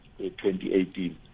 2018